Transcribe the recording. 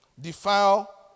defile